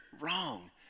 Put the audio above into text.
Wrong